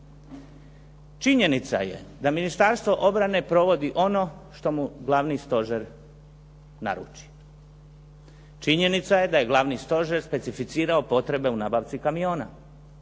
Činjenica je da Ministarstvo obrane provodi ono što mu Glavni stožer naruči. Činjenica je da je Glavni stožer specificirao potrebe u nabavci kamiona.